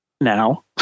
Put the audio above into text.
Now